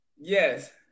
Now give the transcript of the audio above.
Yes